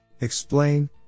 Explain